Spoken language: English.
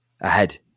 ahead